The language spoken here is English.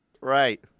Right